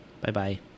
Bye-bye